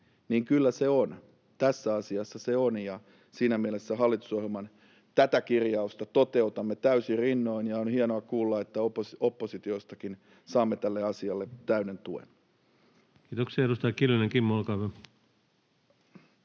kyllä se on. Tässä asiassa se on, ja siinä mielessä tätä hallitusohjelman kirjausta toteutamme täysin rinnoin, ja on hienoa kuulla, että oppositiostakin saamme tälle asialle täyden tuen. Kiitoksia. — Edustaja Kiljunen Kimmo, olkaa